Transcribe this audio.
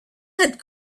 had